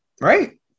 right